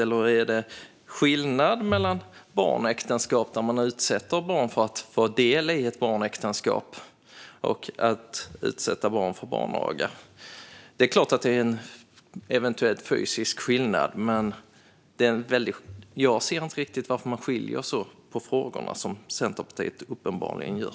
Eller är det skillnad mellan barnäktenskap där man utsätter barn för att vara del i ett barnäktenskap och att utsätta barn för barnaga? Det är klart att det finns en eventuell fysisk skillnad, men jag ser inte riktigt varför man skiljer på dessa frågor på det sätt som Centerpartiet uppenbarligen gör.